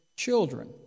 children